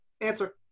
Answer